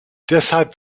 deshalb